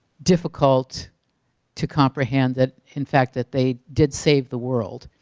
difficult to comprehend that in fact that they did save the world.